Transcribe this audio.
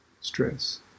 Stress